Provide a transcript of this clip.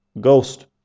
Ghost